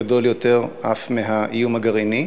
גדול יותר אף מהאיום הגרעיני,